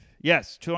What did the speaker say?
Yes